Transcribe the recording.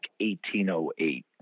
1808